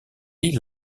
lit